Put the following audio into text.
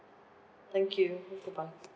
thank you goodbye